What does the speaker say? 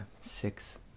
six